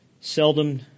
seldom